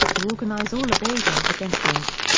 to organize all of asia against us.